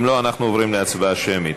אם לא, אנחנו עוברים להצבעה שמית.